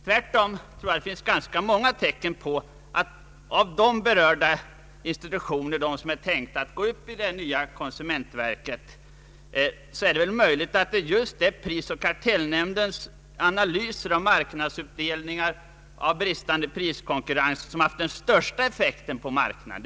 Tvärtom tror jag att det finns många tecken på att av vad de berörda institutionerna — de som skulle gå upp i det nya konsumentverket — hittills gjort är det prisoch kartellnämndens analyser av marknadsuppdelningar och bristande priskonkurrens som haft den största effekten på marknaden.